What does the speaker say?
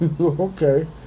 Okay